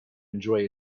enjoy